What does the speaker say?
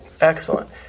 Excellent